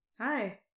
Hi